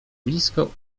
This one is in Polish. blisko